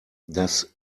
das